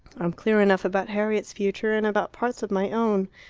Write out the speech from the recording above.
i'm clear enough about harriet's future, and about parts of my own.